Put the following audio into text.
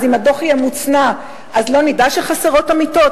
אם הדוח יהיה מוצנע לא נדע שחסרות המיטות,